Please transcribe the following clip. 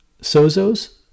SOZOs